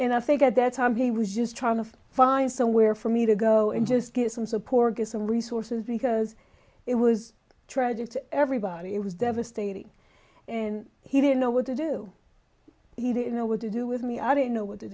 and i think at that time he was just trying to find somewhere for me to go and just get some support get some resources because it was tragic to everybody it was devastating and he didn't know what to do he didn't know what to do with me i didn't know what to